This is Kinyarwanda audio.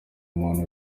umuntu